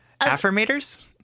affirmators